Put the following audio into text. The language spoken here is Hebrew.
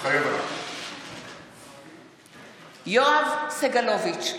מתחייב אני יואב סגלוביץ'